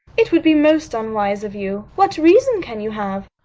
it would be most unwise of you. what reason can you have?